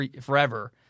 forever